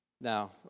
now